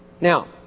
Now